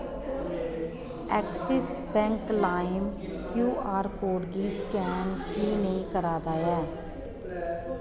Axis Bank Lime Q R code गी scan की नेईं करा दा ऐ